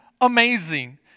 amazing